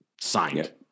signed